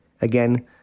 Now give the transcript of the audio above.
Again